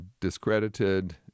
discredited